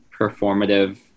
performative